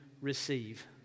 receive